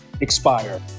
expire